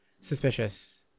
suspicious